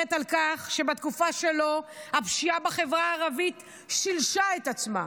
מדברת על כך שבתקופה שלו הפשיעה בחברה הערבית שילשה את עצמה,